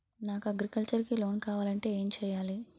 నాకు అగ్రికల్చర్ కి లోన్ కావాలంటే ఏం చేయాలి?